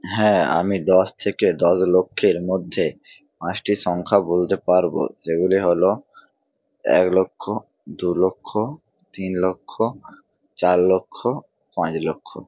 হ্যাঁ আমি দশ থেকে দশ লক্ষের মধ্যে পাঁচটি সংখ্যা বলতে পারব সেগুলি হলো এক লক্ষ দুলক্ষ তিন লক্ষ চার লক্ষ পাঁচ লক্ষ